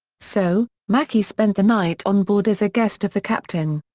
so, mackey spent the night on board as a guest of the captain.